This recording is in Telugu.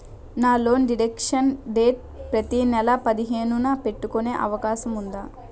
నా లోన్ డిడక్షన్ డేట్ ప్రతి నెల పదిహేను న పెట్టుకునే అవకాశం ఉందా?